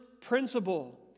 principle